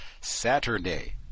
Saturday